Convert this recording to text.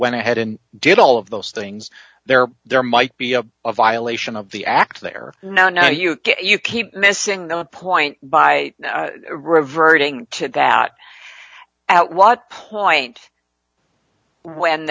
went ahead and did all of those things there there might be a violation of the act there no no you you keep missing the point by reverting to that at what point when